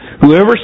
Whoever